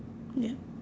ya